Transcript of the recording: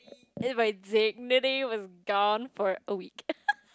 if my dignity was gone for a week